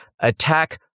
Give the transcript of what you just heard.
Attack